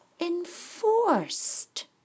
enforced